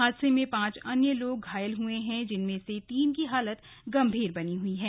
हादसे में पांच अन्य लोग घायल हुए हैं जिनमें से तीन की हालत गंभीर बनी हुई है